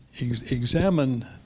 examine